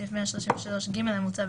בסעיף 133ג המוצע,